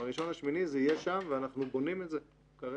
ב-1 באוגוסט זה יהיה שם ואנחנו בונים את זה כרגע,